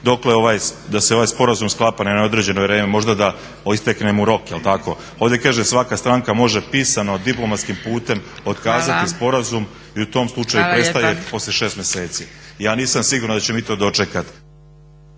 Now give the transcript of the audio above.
članku da se ovaj sporazum sklapa na određeno vreme. Možda da istekne mu rok, jel' tako? Ovdje kaže svaka stranka može pisano, diplomatskim putem otkazati sporazum i u tom slučaju prestaje posle 6 mjeseci. …/Upadica Zgrebec: Hvala lijepa./…